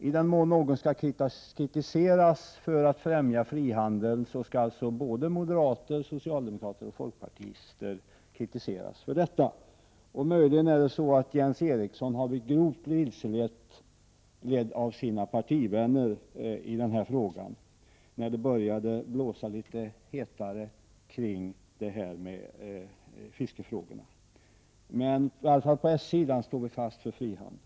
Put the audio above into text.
I den mån någon skall kritiseras för att främja frihandeln, skall såväl moderater som socialdemokrater och folkpar tister kritiseras för detta. Möjligen har Jens Ericsson blivit grovt vilseledd av sina partivänner i denna fråga, när det började blåsa litet hetare kring fiskefrågorna. På s-sidan håller vi i varje fall fast vid frihandel.